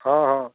ହଁ ହଁ